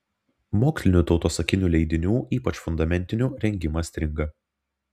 mokslinių tautosakinių leidinių ypač fundamentinių rengimas stringa